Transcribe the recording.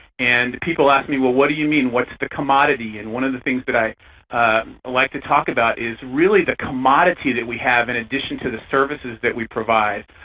and people ask me, well what do you mean? what is the commodity? and one of the things that i like to talk about is really the commodity that we have in addition to the services that we provide.